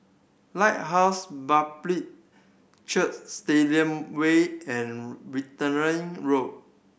Lighthouse Baptist Church Stadium Way and Wittering Road